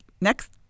Next